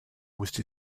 was